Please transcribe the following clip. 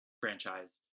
franchise